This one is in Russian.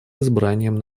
избранием